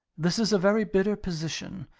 this is a very bitter position.